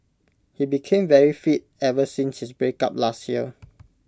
he became very fit ever since his breakup last year